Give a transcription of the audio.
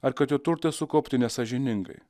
ar kad jo turtai sukaupti nesąžiningai